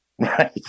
Right